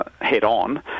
head-on